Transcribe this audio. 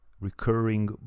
recurring